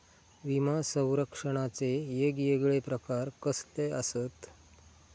विमा सौरक्षणाचे येगयेगळे प्रकार कसले आसत?